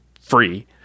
free